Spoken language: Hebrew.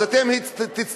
אז אתם תצטרפו,